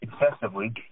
excessively